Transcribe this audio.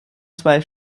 zwei